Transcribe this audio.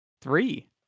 Three